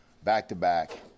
back-to-back